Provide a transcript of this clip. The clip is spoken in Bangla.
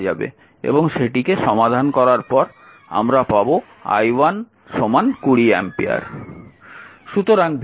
এবং সেটিকে সমাধান করার পর আমরা পাব i1 20 অ্যাম্পিয়ার